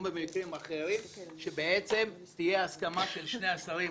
כל מיני --- אחרים שבעצם תהיה הסכמה של שני השרים,